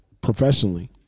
professionally